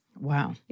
Wow